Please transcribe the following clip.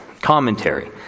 commentary